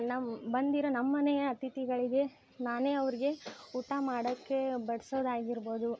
ನಮ್ಮ ಬಂದಿರೋ ನಮ್ಮ ಮನೆಯ ಅಥಿತಿಗಳಿಗೆ ನಾನೇ ಅವ್ರಿಗೆ ಊಟ ಮಾಡೋಕೆ ಬಡ್ಸೋದು ಆಗಿರ್ಬೋದು